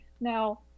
now